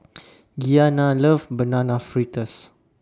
Gianna loves Banana Fritters